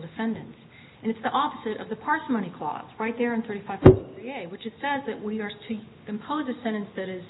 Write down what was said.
defendants and it's the opposite of the parks money caught right there in thirty five dollars which it says that we are to impose a sentence that is